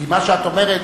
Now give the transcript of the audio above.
כי מה שאת אומרת,